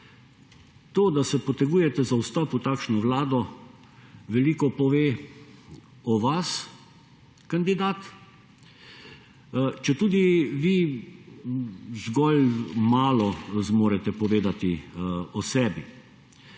To, da se potegujete za vstop v takšno Vlado, veliko pove o vas, kandidat, če tudi vi zgolj malo zmorete povedati o sebi,